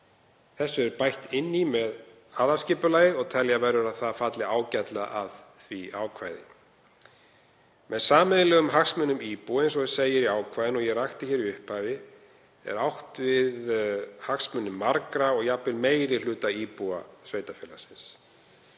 Þessu er bætt inn í með aðalskipulagið og telja verður að það falli ágætlega að því ákvæði. Með sameiginlegum hagsmunum íbúa, eins og segir í ákvæðinu og ég rakti hér í upphafi, er átt við hagsmuni margra og jafnvel meiri hluta íbúa sveitarfélagsins.